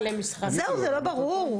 זהו, זה לא ברור?